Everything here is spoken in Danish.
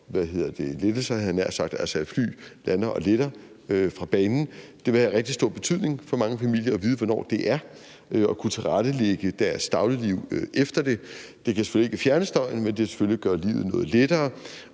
lettelser, havde jeg nær sagt, altså at fly lander og letter fra banen. Det vil have rigtig stor betydning for mange familier at vide, hvornår det er, og at kunne tilrettelægge deres daglige liv efter det. Det kan selvfølgelig ikke fjerne støjen, men det vil gøre livet noget lettere.